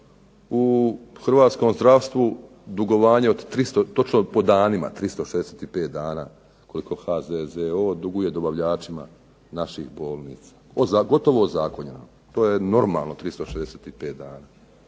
u hrvatskom zdravstvu dugovanje od 300, točno po danima 365 dana koliko HZZO duguje dobavljačima naših bolnica. Gotovo ozakonjeno. To je normalno 365 dana.